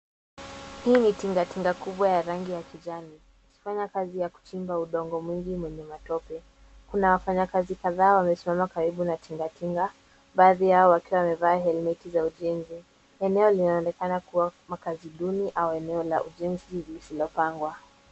Hii ni tingatinga kubwa ya rangi ya kijani ikifanya kazi ya kuchimba udongo mwingi wenye matope. Kuna wafanyikazi kadhaa wamesimama karibu na tingatinga, baadhi yao wakiwa wamevaa helmeti za ujenzi. Eneo linaonekana kuwa makazi duni au eneo la ujenzi lisilopangwa.